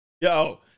yo